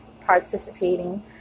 participating